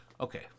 Okay